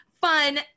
fun